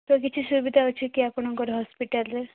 ତ କିଛି ସୁବିଧା ଅଛି କି ଆପଣଙ୍କର ହସ୍ପିଟାଲ୍ରେ